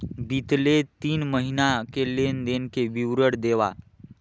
बितले तीन महीना के लेन देन के विवरण देवा?